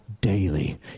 daily